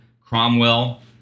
Cromwell